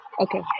okay